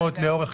דיברנו על זה.